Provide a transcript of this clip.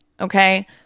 okay